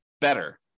better